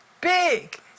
big